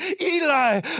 Eli